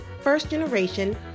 first-generation